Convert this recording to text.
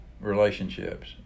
Relationships